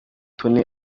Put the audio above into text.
tonny